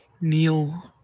Neil